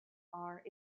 are